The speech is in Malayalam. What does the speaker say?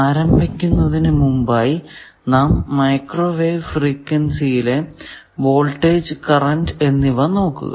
ആദ്യം നാം മൈക്രോ വേവ് ഫ്രീക്വെൻസി യിലെ വോൾടേജ് കറന്റ് എന്നിവ ആയിരിക്കും നോക്കുക